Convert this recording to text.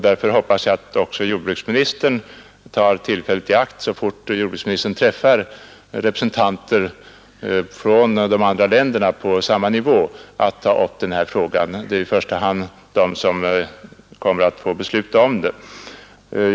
Därför hoppas jag att jordbruksministern passar på att ta upp den frågan, när han träffar representanter för andra länder på samma nivå som han själv, ty det är ju i första hand de som kommer att få besluta om den.